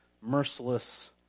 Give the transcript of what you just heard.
merciless